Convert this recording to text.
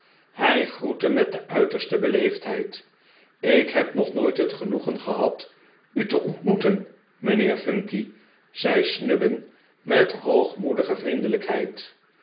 hij gfoette met de uiterste beleefdheid ik heb nog nooit het genoegen gehad n te ontmoeten mijnheer phunky zei snubbin met hoogmoedige vriendelijkheid